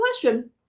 question